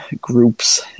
groups